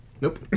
Nope